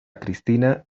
cristina